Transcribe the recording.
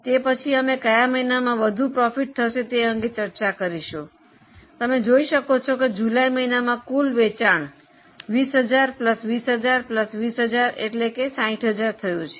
તે પછી અમે ક્યાં મહિનામાં વધુ નફો થશે તે અંગે ચર્ચા કરીશું તમે જોઈ શકો છો કે જુલાઈ મહિનામાં કુલ વેચાણ 20000 20000 20000 60000 થયું છે